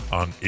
on